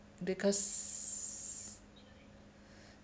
because